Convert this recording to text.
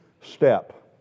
step